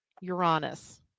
Uranus